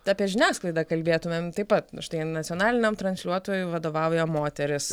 apie žiniasklaidą kalbėtumėm taip pat štai nacionaliniam transliuotojui vadovauja moteris